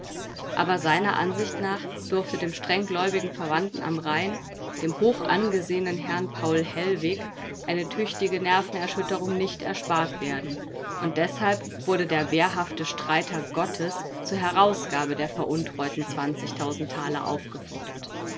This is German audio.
aber seiner ansicht nach durfte dem strenggläubigen verwandten am rhein dem hochangesehenen herrn paul hellwig eine tüchtige nervenerschütterung nicht erspart werden und deshalb wurde der wehrhafte streiter gottes zur herausgabe der veruntreuten zwanzigtausend thaler aufgefordert